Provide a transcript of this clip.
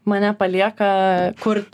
mane palieka kurt